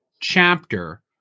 chapter